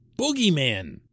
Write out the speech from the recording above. boogeyman